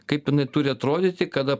kaip jinai turi atrodyti kada